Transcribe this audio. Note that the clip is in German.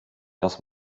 das